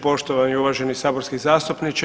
Poštovani i uvaženi saborski zastupniče.